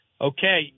okay